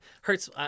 hurts